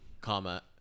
comma